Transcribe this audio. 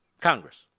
Congress